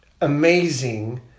amazing